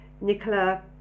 Nicola